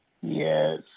Yes